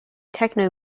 techno